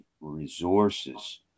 resources